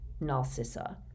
Narcissa